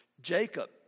Jacob